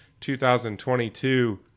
2022